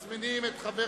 מזמינים את חבר